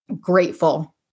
grateful